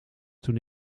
toen